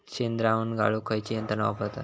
शेणद्रावण गाळूक खयची यंत्रणा वापरतत?